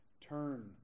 turn